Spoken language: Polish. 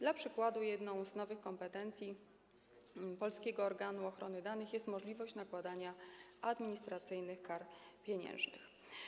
Dla przykładu, jedną z nowych kompetencji polskiego organu ochrony danych jest możliwość nakładania administracyjnych kar pieniężnych.